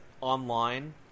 Online